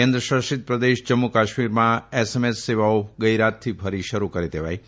કેન્દ્ર શાસિત પ્રદેશ જમ્મુ કાશ્મીરમાં એસએમએસ સેવાઓ ગઇ રાતથી ફરી શરૂ કરી દેવાઇ છે